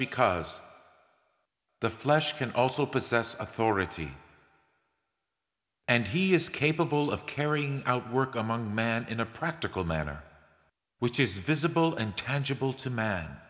because the flesh can also possess authority and he is capable of carrying out work among man in a practical manner which is visible and tangible to man